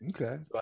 okay